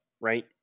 right